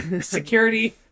Security